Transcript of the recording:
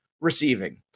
receiving